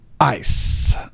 Ice